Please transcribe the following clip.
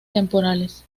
temporales